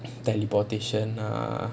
teleportation ah